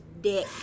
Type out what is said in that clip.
dick